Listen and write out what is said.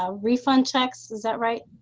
ah refund checks. is that right?